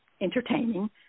entertaining